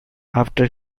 after